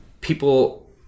people